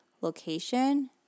location